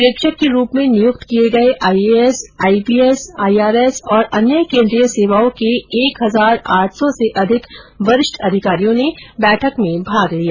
प्रेक्षक के रूप में नियुक्त किये गये I A S I P S I R S तथा अन्य केन्द्रीय सेवाओं के एक हजार आठ सौ से अधिक वरिष्ठ अधिकारियों ने बैठक में भाग लिया